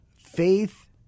faith